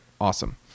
awesome